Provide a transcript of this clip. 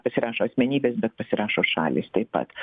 pasirašo asmenybės bet pasirašo šalys taip pat